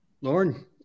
Lauren